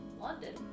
London